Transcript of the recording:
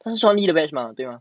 他是 shuan yi 的 batch mah 对 mah